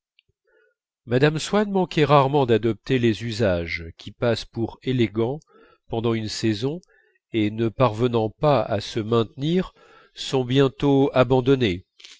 swann manquait rarement d'adopter les usages qui passent pour élégants pendant une saison et ne parvenant pas à se maintenir sont bientôt abandonnés